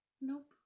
Nope